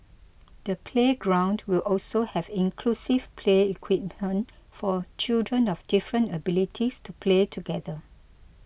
the playground will also have inclusive play equipment for children of different abilities to play together